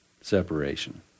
separation